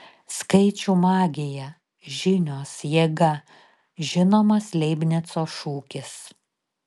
skaičių magija žinios jėga žinomas leibnico šūkis